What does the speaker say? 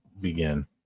begin